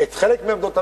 חלק מעמדות הממשלה,